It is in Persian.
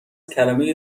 کلمه